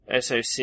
SoC